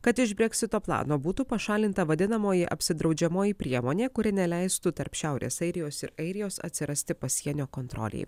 kad iš breksito plano būtų pašalinta vadinamoji apsidraudžiamoji priemonė kuri neleistų tarp šiaurės airijos ir airijos atsirasti pasienio kontrolei